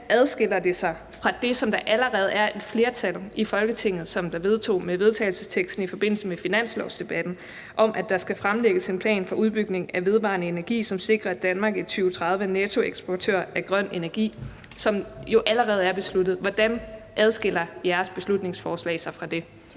Hvordan adskiller det sig fra det, som der allerede er et flertal i Folketinget der vedtog med vedtagelsesteksten i forbindelse med finanslovsdebatten, om, at der skal fremlægges en plan for udbygning af vedvarende energi, som sikrer, at Danmark i 2030 er nettoeksportør af grøn energi, og som jo allerede er besluttet? Hvordan adskiller jeres beslutningsforslag sig fra det?